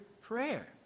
prayer